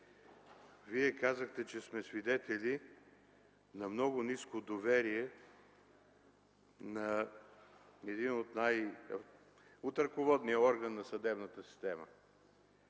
Вие казахте, че сме свидетели на много ниско доверие на ръководния орган на съдебната система.